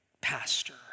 pastor